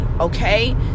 okay